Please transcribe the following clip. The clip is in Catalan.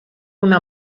una